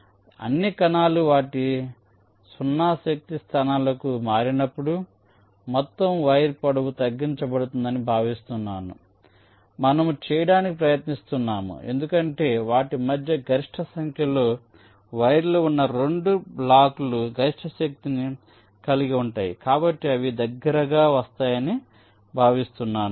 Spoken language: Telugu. కాబట్టి అన్ని కణాలు వాటి 0 శక్తి స్థానాలకు మారినప్పుడు మొత్తం వైర్ పొడవు తగ్గించబడుతుందని భావిస్తున్నారు ఇది మనము చేయటానికి ప్రయత్నిస్తున్నాము ఎందుకంటే వాటి మధ్య గరిష్ట సంఖ్యలో వైర్లు ఉన్న రెండు బ్లాక్లు గరిష్ట శక్తిని కలిగి ఉంటాయి కాబట్టి అవి దగ్గరగా వస్తాయని భావిస్తున్నారు